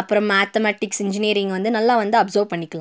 அப்புறம் mathematics engineering வந்து நல்லா வந்து அப்சர்வ் பண்ணிக்கலாம்